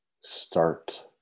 start